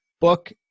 book